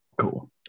cool